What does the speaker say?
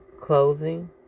clothing